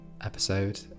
episode